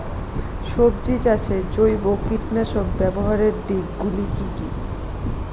সবজি চাষে জৈব কীটনাশক ব্যাবহারের দিক গুলি কি কী?